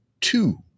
two